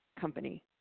company